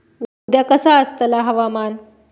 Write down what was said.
उद्या कसा आसतला हवामान?